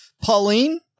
Pauline